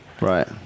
right